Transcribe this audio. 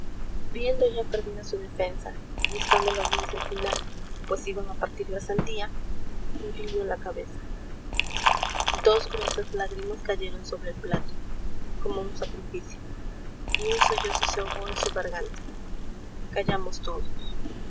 viendo ya perdida su defensa y estando la audiencia al final pues iban a partir la sandía inclinó la cabeza dos gruesas lágrimas cayeron sobro el plato como un sacrificio y un sollozo se ahogó en su garganta callamos torios